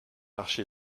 marché